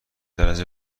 درجه